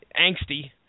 angsty